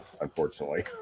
unfortunately